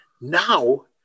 Now